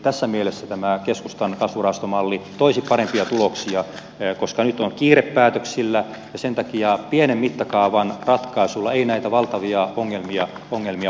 tässä mielessä tämä keskustan kasvurahastomalli toisi parempia tuloksia koska nyt on kiire päätöksillä ja sen takia pienen mittakaavan ratkaisuilla ei näitä valtavia ongelmia hoideta